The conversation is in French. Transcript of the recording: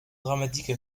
dramatique